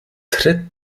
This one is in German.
tritt